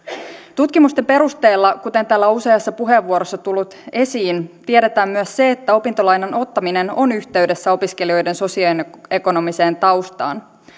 tutkimusten perusteella kuten täällä on useassa puheenvuorossa tullut esiin tiedetään myös se että opintolainan ottaminen on yhteydessä opiskelijoiden sosioekonomiseen taustaan